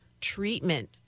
treatment